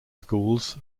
schools